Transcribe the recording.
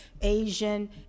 Asian